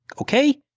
ok?